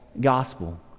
gospel